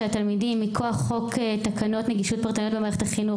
של התלמידים מכוח חוק תקנות נגישות פרטניות במערכת החינוך,